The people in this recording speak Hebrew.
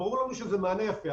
ברור לנו שזה מענה יפה,